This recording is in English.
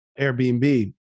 Airbnb